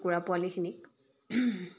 কুকুৰা পোৱালিখিনিক